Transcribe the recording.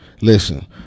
Listen